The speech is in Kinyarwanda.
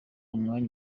umwanya